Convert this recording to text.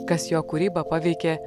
kas jo kūrybą paveikė